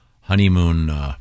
honeymoon